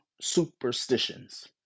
superstitions